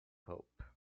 pope